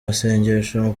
masengesho